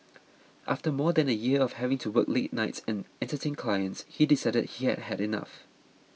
after more than a year of having to work late nights and Entertain Clients he decided he had had enough